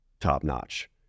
top-notch